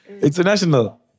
International